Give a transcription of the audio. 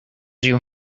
you